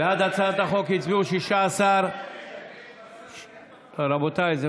בעד הצעת החוק הצביעו 16, רבותיי, זה